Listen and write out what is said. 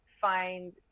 find